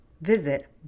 Visit